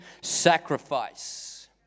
sacrifice